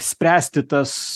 spręsti tas